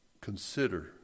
consider